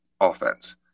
offense